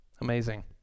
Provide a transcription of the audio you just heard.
Amazing